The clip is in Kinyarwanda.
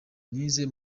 nize